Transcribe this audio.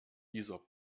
dieser